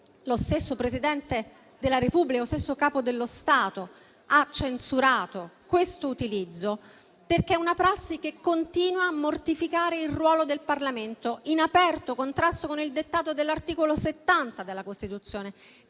Lo stesso Presidente della Repubblica ha censurato questo utilizzo perché è una prassi che continua a mortificare il ruolo del Parlamento, in aperto contrasto con il dettato dell'articolo 70 della Costituzione